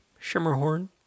shimmerhorn